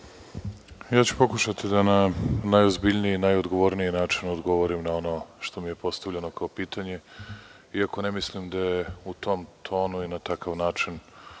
Vučić** Pokušaću da na najozbiljniji i najodgovorniji način odgovorim na ono što mi je postavljeno kao pitanje, iako ne mislim da je u tom tonu i na takav način